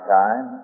time